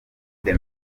the